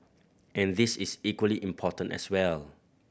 and this is equally important as well